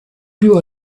più